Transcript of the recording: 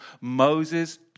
Moses